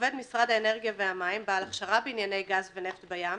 עובד משרד האנרגיה והמים בעל הכשרה בענייני גז ונפט בים,